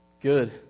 Good